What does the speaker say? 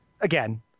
again